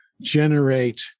generate